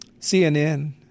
CNN